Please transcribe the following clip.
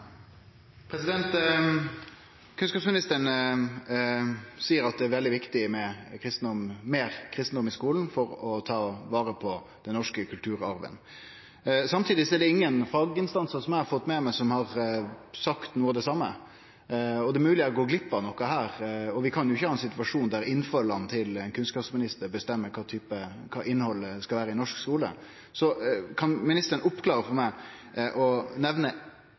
opp. Kunnskapsministeren seier at det er veldig viktig med meir kristendom i skulen for å ta vare på den norske kulturarven. Samtidig er det ingen faginstansar, som eg har fått med meg, som har sagt noko av det same, og det er mogleg eg har gått glipp av noko her. Vi kan jo ikkje ha ein situasjon der innfalla til ein kunnskapsminister bestemmer kva innhaldet skal vere i norsk skule. Kan ministeren oppklare for meg og nemne